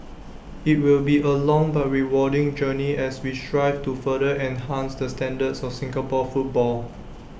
IT will be A long but rewarding journey as we strive to further enhance the standards of Singapore football